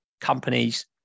companies